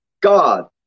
god